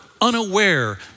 unaware